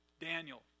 Daniel